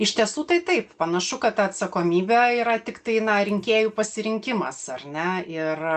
iš tiesų tai taip panašu kad ta atsakomybė yra tiktai na rinkėjų pasirinkimas ar ne ir